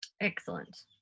Excellent